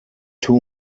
two